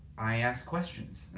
i ask questions.